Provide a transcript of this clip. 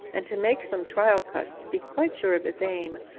and to make some trial cuts to be quite sure of his aim,